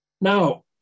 Now